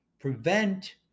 prevent